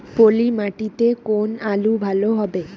পলি মাটিতে কোন আলু ভালো হবে?